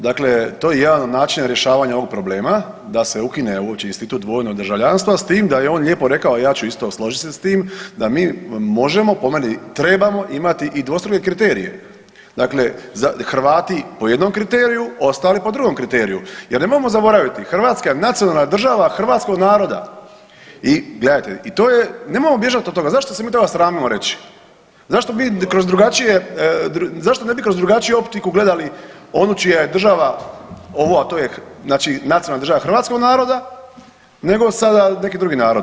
Dakle, to je jedan od načina rješavanja ovog problema da se ukine uopće institut dvojnog državljanstva s tim da je on lijepo rekao, ja ću isto složit se s time da mi možemo, po meni trebamo imati i dvostruke kriterije, dakle Hrvati po jednom kriteriju, ostali po drugom kriteriju jer nemojmo zaboraviti Hrvatska je nacionalna država hrvatskog naroda i gledajte i to je, nemojmo bježat od toga, zašto se mi toga sramimo reći, zašto mi kroz drugačije, zašto ne bi kroz drugačiju optiku gledali onu čija je država ovu, a to je znači nacionalna država hrvatskog naroda nego sada neki drugi narod.